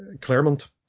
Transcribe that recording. Claremont